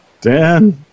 Dan